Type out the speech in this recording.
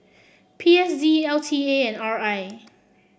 P S D L T A and R I